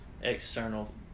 external